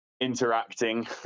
interacting